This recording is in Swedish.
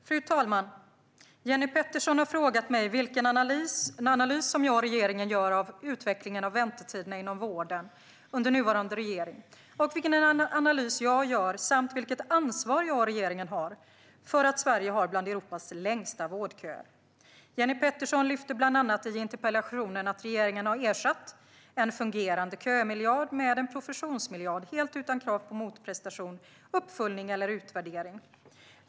Fru talman! Jenny Petersson har frågat mig vilken analys som jag och regeringen gör av utvecklingen av väntetiderna inom vården under nuvarande regering och vilken analys jag gör samt vilket ansvar jag och regeringen har för att Sverige har bland Europas längsta vårdköer. Jenny Petersson lyfter bland annat i interpellationen att regeringen har ersatt en fungerande kömiljard med en professionsmiljard helt utan krav på motprestation, uppföljning eller utvärdering.